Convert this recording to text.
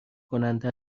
کننده